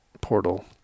portal